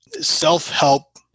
self-help